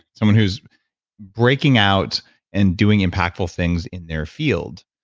someone who's breaking out and doing impactful things in their field.